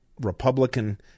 Republican